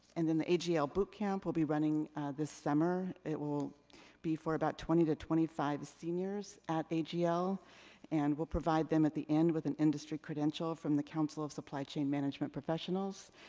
and then the agl ah boot camp will be running this summer. it will be for about twenty to twenty five seniors at agl, and will provide them at the end with an industry credential from the council of supply chain management professionals.